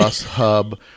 hub